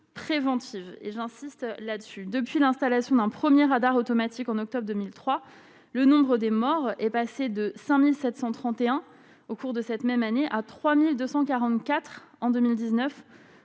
préventive et j'insiste là-dessus depuis l'installation d'un 1er radar automatique en octobre 2003 le nombre des morts est passé de 5731 au cours de cette même année, à 3244 ans en 2019